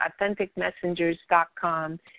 AuthenticMessengers.com